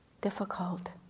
difficult